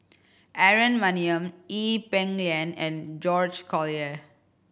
Aaron Maniam Ee Peng Liang and George Collyer